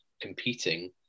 competing